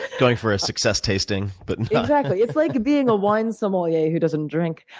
going for a success tasting, but not exactly. it's like being a wine sommelier who doesn't drink.